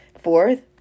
Fourth